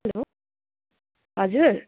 hello हजुर